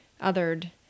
othered